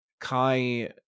Kai